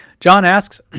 john asks,